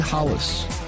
Hollis